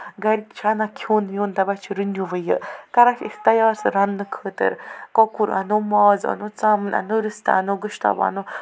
گرِچھےٚ نہ کھوٚن ووٚنۍ دَپان چھِ رُنٮ۪وا یہِ نہ چھِ أسۍ تَیار رَنٕنہٕ خٲطرٕ کۄکُر اَنو مازاَنو ژَمَن اَنو رِستہٕ اَنو گۄشتابہٕ اَنو